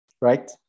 Right